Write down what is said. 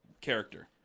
character